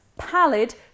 pallid